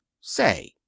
say